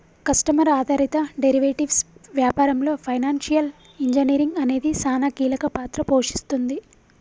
customer ఆధారిత derivatives వ్యాపారంలో financial engineering అనేది సానా కీలక పాత్ర పోషిస్తుంది